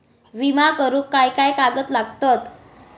विमा करुक काय काय कागद लागतत?